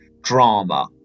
drama